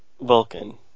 Vulcan